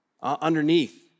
underneath